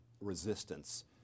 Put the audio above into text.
resistance